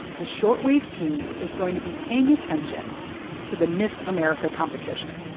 the short wave team is going to be paying attention to the miss america competition.